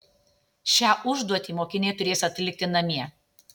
šią užduotį mokiniai turės atlikti namie